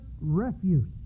refuse